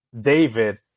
David